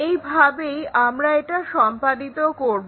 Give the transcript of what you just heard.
এই ভাবেই আমরা এটা সম্পাদিত করব